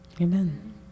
Amen